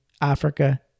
Africa